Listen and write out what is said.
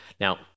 Now